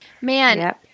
Man